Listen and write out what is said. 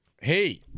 Hey